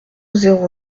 zéro